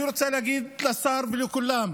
אני רוצה להגיד לשר ולכולם